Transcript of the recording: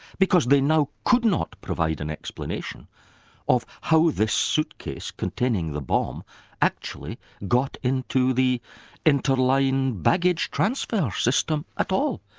because they now could not provide an explanation of how this suitcase containing the bomb actually got into the interline baggage transfer system at all,